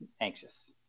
anxious